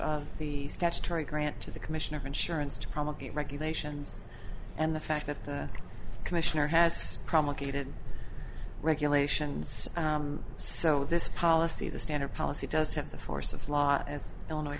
of the statutory grant to the commissioner of insurance to promulgate regulations and the fact that the commissioner has promulgated regulations so this policy the standard policy does have the force of law as illinois